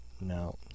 no